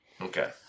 Okay